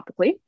topically